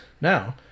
Now